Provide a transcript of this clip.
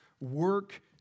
work